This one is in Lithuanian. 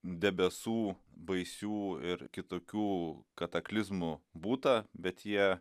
debesų baisių ir kitokių kataklizmų būta bet jie